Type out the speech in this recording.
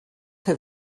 have